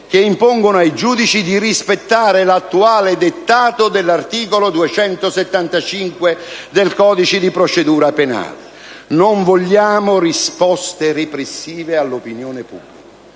che impongano ai giudici di rispettare l'attuale dettato dell'articolo 275 del codice di procedura penale. Non vogliamo risposte repressive all'opinione pubblica;